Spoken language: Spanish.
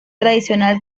tradicional